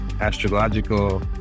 astrological